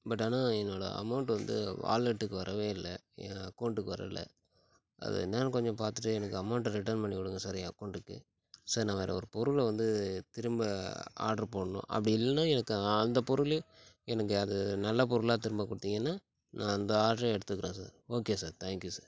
but ஆனால் என்னோட amount வந்து வாலட்டுக்கு வரவே இல்லை ஏ அக்கவுண்டுக்கு வரலை அதை என்னனு கொஞ்சம் பார்த்துட்டு எனக்கு அமௌன்டை ரிட்டர்ன் பண்ணி விடுங்கள் சார் ஏ அக்கவுண்டுக்கு சார் நான் வேற ஒரு பொருள் வந்து திரும்ப ஆர்டர் போடணும் அப்படி இல்லைனா எனக்கு அந்த பொருளே எனக்கு அது நல்ல பொருளாக திரும்ப கொடுத்திங்கன்னா நான் அந்த ஆர்டரே எடுத்துக்கிறேன் sir okay sir thank you sir